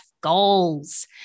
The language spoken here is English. goals